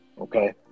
Okay